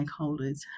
stakeholders